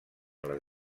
les